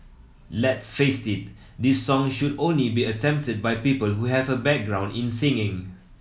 let's face it this song should only be attempted by people who have a background in singing